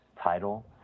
title